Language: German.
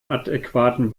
adäquaten